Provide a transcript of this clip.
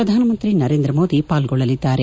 ಪ್ರಧಾನಮಂತ್ರಿ ನರೇಂದ್ರ ಮೋದಿ ಪಾಲ್ಗೊಳ್ಳಲಿದ್ದಾರೆ